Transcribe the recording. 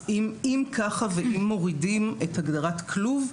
אם כך ואם מורידים את הגדרת כלוב,